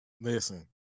listen